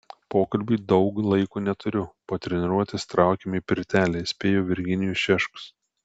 pokalbiui daug laiko neturiu po treniruotės traukiame į pirtelę įspėjo virginijus šeškus